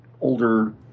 older